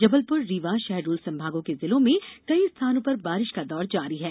जबलपुर रीवा शहडोल संभागों के जिलों में कई स्थानों पर बारिश का दौर जारी है